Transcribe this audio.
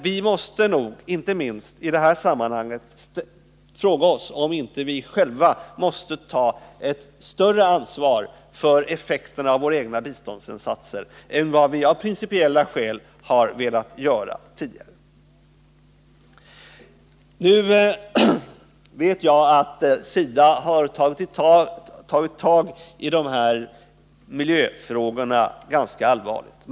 Vi måste nog, inte minst i dessa sammanhang, fråga oss om inte vi själva måste ta ett större ansvar för effekterna av våra egna biståndsinsatser än vad vi av principiella skäl har velat göra tidigare. Nu vet jag att SIDA har gripit tag i de här miljöfrågorna på ett allvarligt sätt.